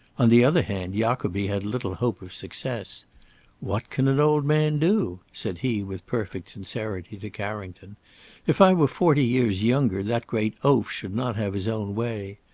on the other hand jacobi had little hope of success what can an old man do? said he with perfect sincerity to carrington if i were forty years younger, that great oaf should not have his own way.